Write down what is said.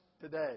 today